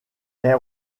est